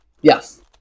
Yes